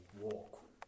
walk